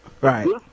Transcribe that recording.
Right